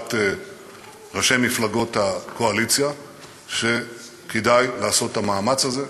בישיבת ראשי מפלגות הקואליציה שכדאי לעשות את המאמץ הזה,